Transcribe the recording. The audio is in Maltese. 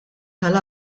tal